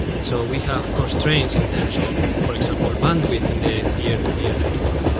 so we have constraints in terms of, for example, bandwidth in the peer-to-peer network.